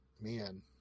man